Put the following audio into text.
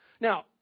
Now